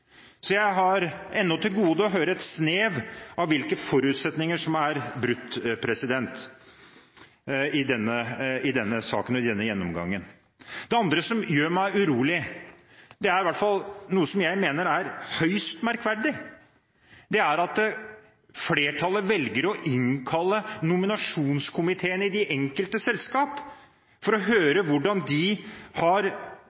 Jeg har ennå til gode å høre et snev av hvilke forutsetninger som er brutt i denne saken. Det andre som gjør meg urolig, er noe som jeg mener er høyst merkverdig. Det er at flertallet velger å innkalle nominasjonskomiteene i de enkelte selskap for å